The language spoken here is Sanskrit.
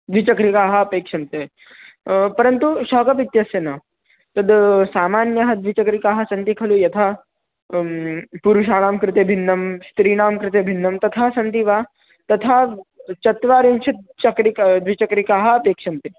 द्विचक्रिकाः अपेक्षन्ते परन्तु शाकब् इत्यस्य न तद् सामान्यः द्विचक्रिकाः सन्ति खलु यथा पुरुषाणां कृते भिन्ना स्त्रीणां कृते भिन्ना तथा सन्ति वा तथा चत्वारिंशत् चक्रिकाः द्विचक्रिकाः अपेक्षन्ते